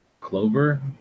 Clover